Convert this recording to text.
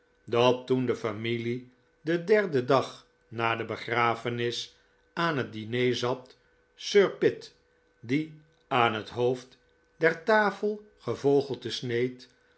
dat toen de familie den derden dag na de begrafenis aan het diner zat sir pitt die aan het hoofd der tafel gevogelte sneed